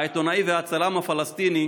העיתונאי והצלם הפלסטיני